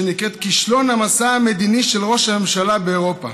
שנקראת: כישלון המשא המדיני של ראש הממשלה באירופה,